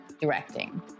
directing